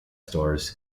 stores